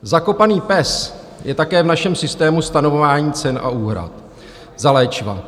Zakopaný pes je také v našem systému stanovování cen a úhrad za léčiva.